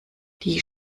die